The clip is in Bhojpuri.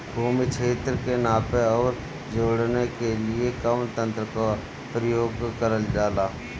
भूमि क्षेत्र के नापे आउर जोड़ने के लिए कवन तंत्र का प्रयोग करल जा ला?